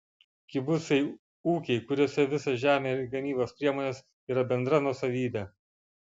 kibucai ūkiai kuriuose visa žemė ir gamybos priemonės yra bendra nuosavybė